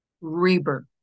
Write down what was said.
rebirth